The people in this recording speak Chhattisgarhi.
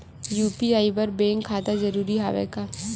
यू.पी.आई बर बैंक खाता जरूरी हवय का?